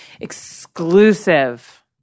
exclusive